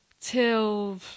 till